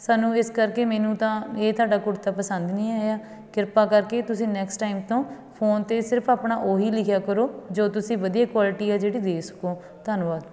ਸਾਨੂੰ ਇਸ ਕਰਕੇ ਮੈਨੂੰ ਤਾਂ ਇਹ ਤੁਹਾਡਾ ਕੁੜਤਾ ਪਸੰਦ ਨਹੀਂ ਆਇਆ ਕਿਰਪਾ ਕਰਕੇ ਤੁਸੀਂ ਨੈਕਸਟ ਟਾਈਮ ਤੋਂ ਫੋਨ 'ਤੇ ਸਿਰਫ ਆਪਣਾ ਉਹੀ ਲਿਖਿਆ ਕਰੋ ਜੋ ਤੁਸੀਂ ਵਧੀਆ ਕੁਆਲਿਟੀ ਆ ਜਿਹੜੀ ਦੇ ਸਕੋ ਧੰਨਵਾਦ